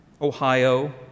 Ohio